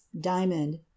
Diamond